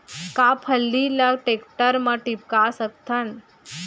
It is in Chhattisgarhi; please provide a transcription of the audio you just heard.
का फल्ली ल टेकटर म टिपका सकथन?